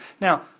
Now